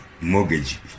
mortgage